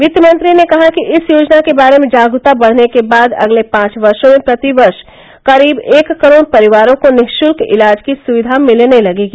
वित्त मंत्री ने कहा कि इस योजना के बारे में जागरूकता बढ़ने के बाद अगले पांच वर्षो में प्रतिवर्ष करीब एक करोड़ परिवारों को निशुल्क इलाज की सुविधा मिलने लगेगी